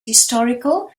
historical